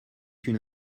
une